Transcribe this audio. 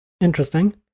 Interesting